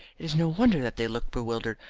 it is no wonder that they look bewildered,